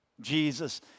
Jesus